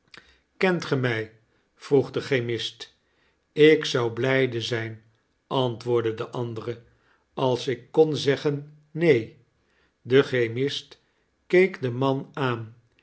kent ge mij vroeg de chemist ik zou blijde zijn antwoordde de andere als ik kon zeggen neen de chemist keek den man aan